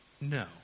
No